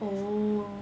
oh